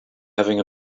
having